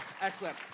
Excellent